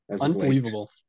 unbelievable